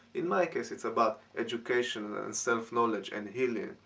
in my case, it's about education, self-knowledge and healing.